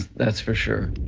that's for sure.